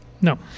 No